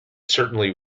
certainly